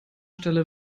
stelle